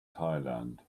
thailand